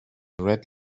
red